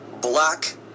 black